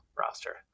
roster